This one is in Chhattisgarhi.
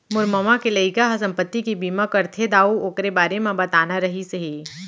मोर ममा के लइका ह संपत्ति के बीमा करथे दाऊ,, ओकरे बारे म बताना रहिस हे